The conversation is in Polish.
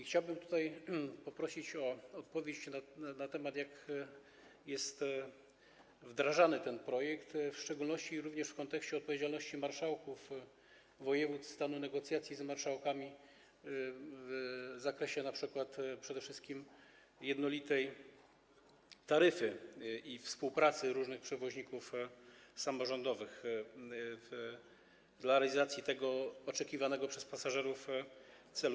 Chciałbym tutaj poprosić o odpowiedź na pytanie, jak jest wdrażany ten projekt, w szczególności w kontekście odpowiedzialności marszałków województw, stanu negocjacji z marszałkami w zakresie przede wszystkim jednolitej taryfy i współpracy różnych przewoźników samorządowych przy realizacji tego oczekiwanego przez pasażerów celu.